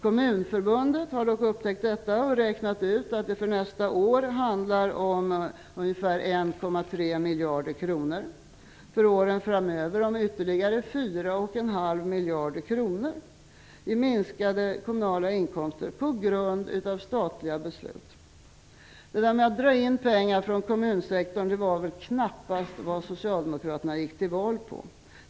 Kommunförbundet har dock upptäckt detta och räknat ut att det för nästa år handlar om ungefär 1,3 miljarder kronor och för åren framöver om ytterligare 4,5 miljarder kronor i minskade kommunala inkomster på grund av statliga beslut. Det där med att dra in pengar från kommunsektorn var väl knappast vad Socialdemokraterna gick till val på.